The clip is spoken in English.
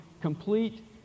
complete